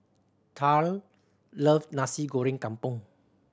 Taryn love Nasi Goreng Kampung